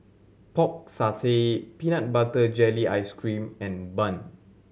Pork Satay peanut butter jelly ice cream and bun